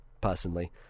personally